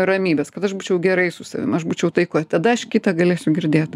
ramybės kad aš būčiau gerai su savim aš būčiau taikoj tada aš kitą galėsiu girdėt